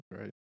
right